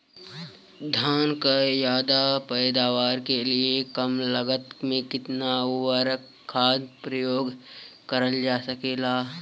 धान क ज्यादा पैदावार के लिए कम लागत में कितना उर्वरक खाद प्रयोग करल जा सकेला?